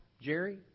Jerry